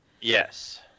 Yes